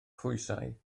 phwysau